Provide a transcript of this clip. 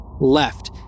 left